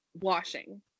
washing